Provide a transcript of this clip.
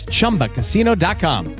ChumbaCasino.com